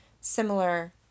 similar